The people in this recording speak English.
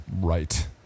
Right